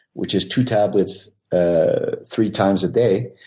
which is two tablets ah three times a day,